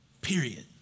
period